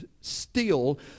steal